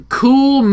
cool